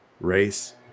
race